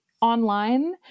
online